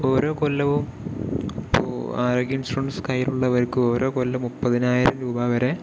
ഓരോ കൊല്ലവും ഇപ്പോൾ ആരോഗ്യ ഇൻഷുറൻസ് കയ്യിലുള്ളവർക്ക് ഓരോ കൊല്ലം മുപ്പതിനായിരം രൂപ വരെ